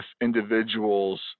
individuals